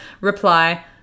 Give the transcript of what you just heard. reply